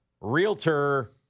realtor